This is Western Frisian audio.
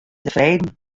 tefreden